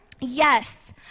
Yes